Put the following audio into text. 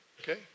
Okay